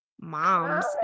moms